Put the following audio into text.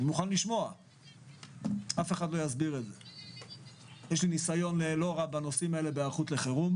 יש לי ניסיון בהיערכות לחירום,